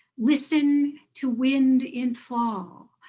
listen to wind in fall,